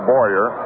Boyer